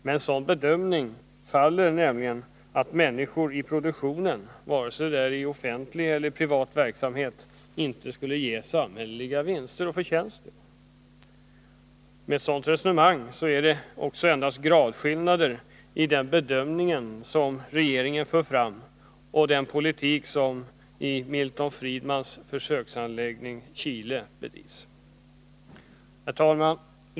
Med en sådan bedömning följer att människor i produktion, vare sig det är i offentlig eller privat verksamhet, inte ger samhälleliga vinster. Med ett sådant resonemang är det endast gradskillnader mellan den bedömning som regeringen för fram och den politik som bedrivs i Milton Friedmans försöksanläggning Chile. Herr talman!